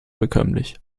bekömmlich